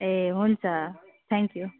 ए हुन्छ thank you